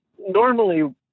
normally